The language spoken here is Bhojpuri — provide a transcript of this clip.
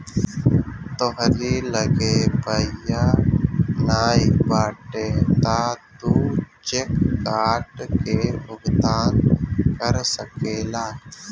तोहरी लगे पइया नाइ बाटे तअ तू चेक काट के भुगतान कर सकेला